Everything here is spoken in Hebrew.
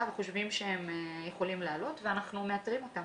וחושבים שהם יכולים לעלות אבל אנחנו מאתרים אותם.